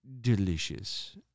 delicious